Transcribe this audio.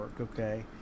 okay